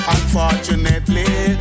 Unfortunately